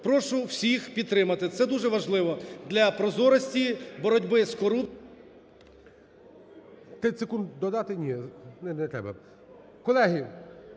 Прошу всіх підтримати, це дуже важливо для прозорості, боротьби з корупцією…